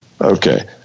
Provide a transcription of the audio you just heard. Okay